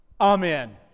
Amen